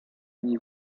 nie